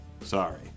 Sorry